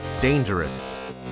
Dangerous